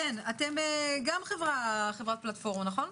אתם גם חברת פלטפורמה, נכון?